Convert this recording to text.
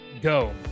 go